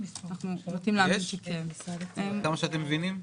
יש עד כמה שאתם מבינים?